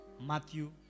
Matthew